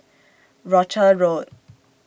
Rochor Road